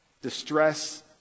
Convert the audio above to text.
Distress